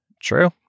true